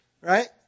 right